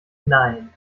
nein